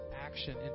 action